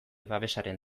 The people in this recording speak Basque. babesaren